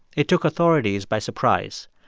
it took authorities by surprise.